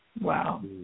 Wow